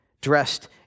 dressed